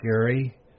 Gary